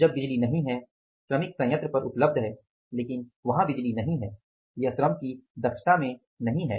जब बिजली नहीं है श्रमिक संयंत्र पर उपलब्ध है लेकिन बिजली वहां नहीं है यह श्रम की दक्षता में नहीं है